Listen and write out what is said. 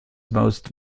most